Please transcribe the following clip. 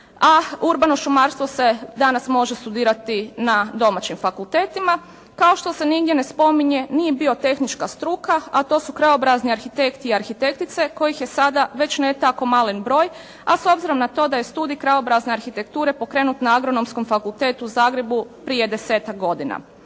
a urbano šumarstvo se danas može studirati na domaćim fakultetima kao što se nigdje ne spominje ni biotehnička struka a to su: krajobrazni arhitekti i arhitektice kojih je sada već ne tako malen broj, a s obzirom na to da je studij krajobrazne arhitekture pokrenut na Agronomskom fakultetu u Zagrebu prije desetak godina.